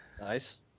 Nice